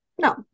No